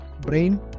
brain